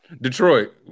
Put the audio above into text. Detroit